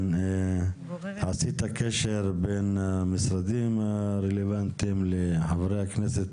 הקשר בין המשרדים הרלוונטיים לחברי הכנסת